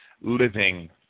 living